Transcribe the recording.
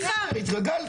התרגלתי.